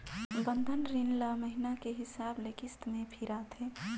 बंधन रीन ल महिना के हिसाब ले किस्त में फिराथें